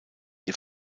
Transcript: ihr